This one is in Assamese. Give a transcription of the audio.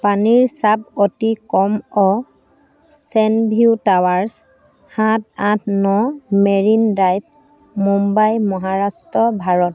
পানীৰ চাপ অতি কম অ' চেনভিউ টাৱাৰছ সাত আঠ ন মেৰিন ড্ৰাইভ মুম্বাই মহাৰাষ্ট্ৰ ভাৰত